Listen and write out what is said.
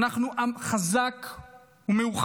אנחנו עם חזק ומאוחד,